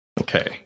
Okay